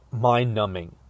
mind-numbing